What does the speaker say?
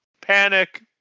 Panic